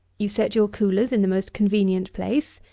you set your coolers in the most convenient place.